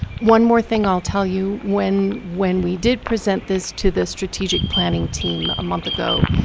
one more thing i'll tell you. when when we did present this to the strategic planning team a month ago,